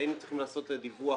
יש שירותי אשפוז,